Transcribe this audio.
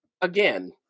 Again